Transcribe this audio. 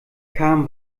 kam